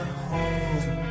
home